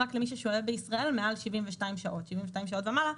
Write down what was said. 72 שעות ומעלה.